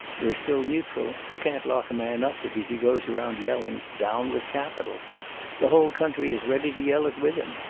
we're still neutral. you can't lock a man up because he goes around yelling down with capital the whole country is ready to yell it with him.